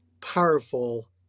powerful